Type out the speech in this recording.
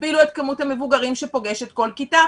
תגבילו את כמות המבוגרים שפוגשת כל כיתה,